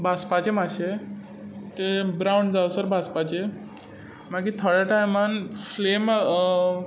भाजपाचें मातशें तें ब्रावन जायसर भाजपाचें मागीर थोड्या टायमान फ्लेम